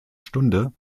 stunde